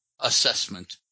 assessment